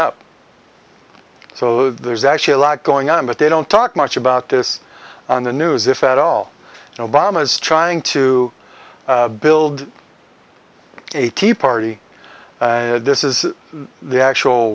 up so there's actually a lot going on but they don't talk much about this on the news if at all obama's trying to build a tea party this is the actual